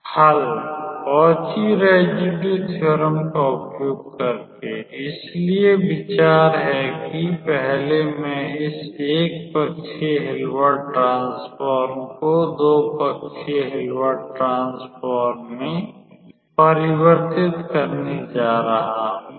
हल Cauchy residue theorem का उपयोग करके इसलिए विचार है कि पहले मैं इस 1 पक्षीय हिल्बर्ट ट्रांसफॉर्म को 2 पक्षीय हिल्बर्ट ट्रांसफॉर्म में परिवर्तित करने जा रहा हूं